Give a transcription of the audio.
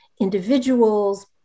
individuals